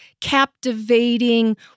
captivating